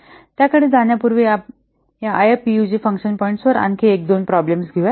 त्याकडे जाण्यापूर्वी या आयएफपीयूजी फंक्शन पॉईंट्सवर आणखी एक किंवा दोन प्रॉब्लेम्स घेऊ